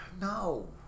No